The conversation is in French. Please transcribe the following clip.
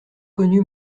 connu